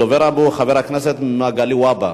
הדובר הבא, חבר הכנסת מגלי והבה.